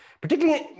particularly